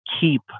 keep